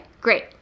great